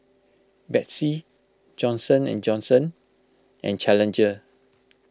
Betsy Johnson and Johnson and Challenger